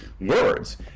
words